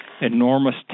enormous